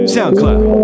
SoundCloud